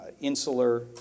insular